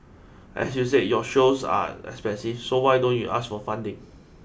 as you said your shows are expensive so why don't you ask for funding